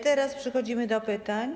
Teraz przechodzimy do pytań.